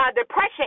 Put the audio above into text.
Depression